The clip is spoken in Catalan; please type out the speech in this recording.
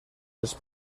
les